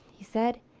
he said,